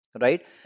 right